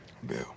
bill